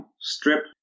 strip